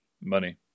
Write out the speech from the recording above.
Money